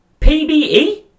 PBE